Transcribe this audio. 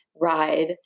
ride